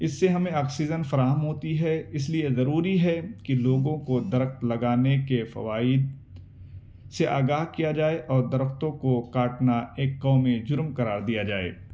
اس سے ہمیں آکسیجن فراہم ہوتی ہے اس لیے ضروری ہے کہ لوگوں کو درخت لگانے کے فوائد سے آگاہ کیا جائے اور درختوں کا کاٹنا ایک قومی جرم قرار دیا جائے